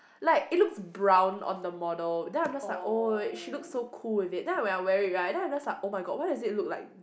like it looks brown on the model then I'm just like oh she looks so cool with it then when I wear it right then I'm just like oh-my-god why does it look like